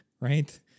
right